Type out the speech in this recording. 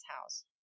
house